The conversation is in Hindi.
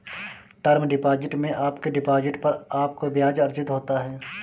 टर्म डिपॉजिट में आपके डिपॉजिट पर आपको ब्याज़ अर्जित होता है